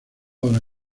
obra